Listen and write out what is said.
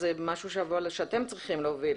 זה משהו שאתם צריכים להוביל,